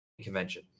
convention